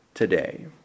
Today